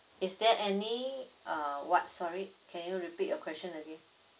is there any uh what sorry can you repeat your question again